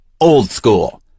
old-school